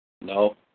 No